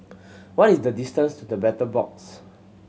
what is the distance to The Battle Box